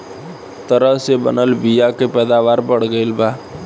तरह से बनल बीया से पैदावार बढ़ गईल बा